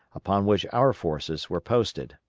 upon which our forces were posted.